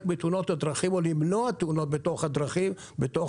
בתאונות הדרכים או למנוע תאונות בתוך הערים,